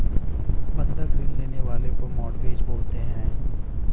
बंधक ऋण लेने वाले को मोर्टगेजेर बोलते हैं